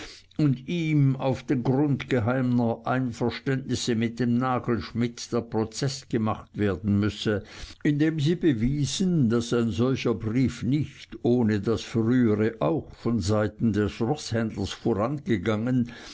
und ihm auf den grund geheimer einverständnisse mit dem nagelschmidt der prozeß gemacht werden müsse indem sie bewiesen daß ein solcher brief nicht ohne daß frühere auch von seiten des roßhändlers vorangegangen